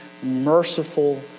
merciful